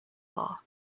law